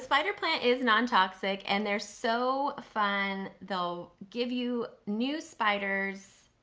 spider plant is non-toxic and they're so fun, they'll give you new spiders.